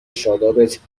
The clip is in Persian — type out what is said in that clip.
شادابت